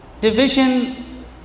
Division